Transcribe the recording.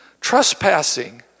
trespassing